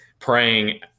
praying